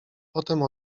potem